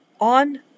on